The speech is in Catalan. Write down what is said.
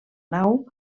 nau